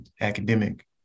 academic